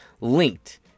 linked